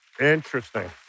Interesting